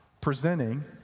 presenting